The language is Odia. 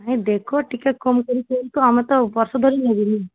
ନାଇଁ ଦେଖ ଟିକେ କମ୍ କରି କୁହନ୍ତୁ ଆମେ ତ ବର୍ଷ ଧରି ନେବି ନା